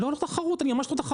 לא על התחרות, אני ממש לא תחרות.